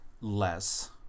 less